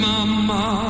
Mama